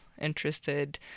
interested